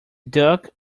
duke